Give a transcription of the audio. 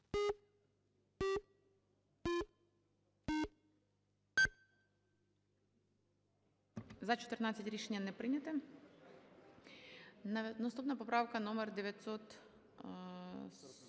За-7 Рішення не прийнято. Наступна поправка - номер 958,